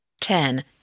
Ten